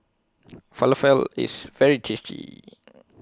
Falafel IS very tasty